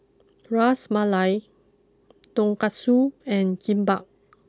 Ras Malai Tonkatsu and Kimbap